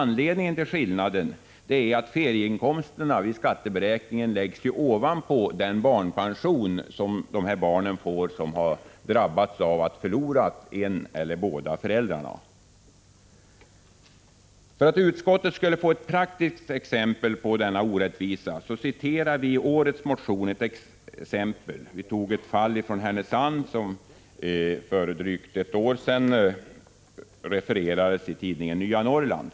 Anledningen till skillnaden är att 24 april 1986 ferieinkomsterna läggs ovanpå den barnpension som dessa barn som har förlorat en eller båda föräldrarna får. För att utskottet skulle få ett praktiskt exempel på denna orättvisa citerade vii årets motion ett exempel. Vi tog upp ett fall från Härnösand som för drygt ett år sedan refererades i tidningen Nya Norrland.